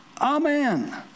Amen